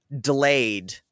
delayed